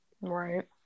Right